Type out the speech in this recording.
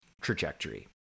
trajectory